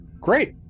great